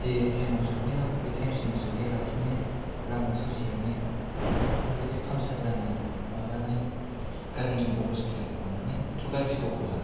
जे टाइमाव सोहैनांगौ बे टाइमाव सोहैया लासिनो लामा ससेआवनो माने बेफोरबायदि पाम्पचार जानाय माबानाय गारिनि अबस्थाखौ मानो एत्थ' गारजिखौ हरा